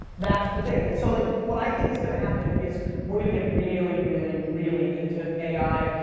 that's the thing. and so like what i think is going to happen is were going to get really, really, really into ai,